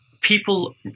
people